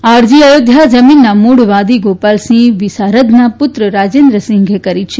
આ અરજી અયોધ્યા જમીનના મૂળ વાદી ગોપાલસિંહ વિસારદના પૂત્ર રાજેન્દ્રસિંઘે કરી છે